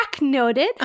noted